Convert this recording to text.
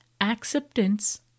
Acceptance